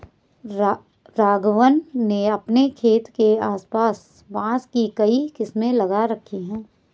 राघवन ने अपने खेत के आस पास बांस की कई किस्में लगा रखी हैं